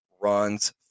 runs